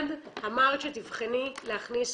אחד, אמרת שתבחני להכניס